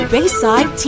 Bayside